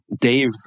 Dave